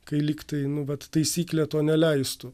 kai lyg tai nu vat taisyklė to neleistų